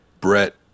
Brett